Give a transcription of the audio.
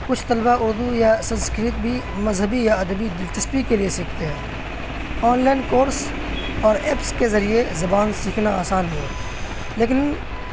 کچھ طلبا اردو یا سنسکرت بھی مذہبی یا ادبی دلچسپی کے لیے سیکھتے ہیں آن لائن کورس اور ایپس کے ذریعے زبان سیکھنا آسان ہے لیکن